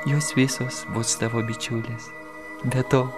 jos visos bus tavo bičiulės be to